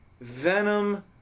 Venom